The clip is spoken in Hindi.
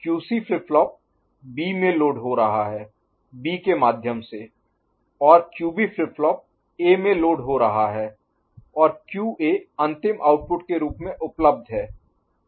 QC फ्लिप फ्लॉप B में लोड हो रहा है B के माध्यम से और QB फ्लिप फ्लॉप A में लोड हो रहा है और QA अंतिम आउटपुट के रूप में उपलब्ध है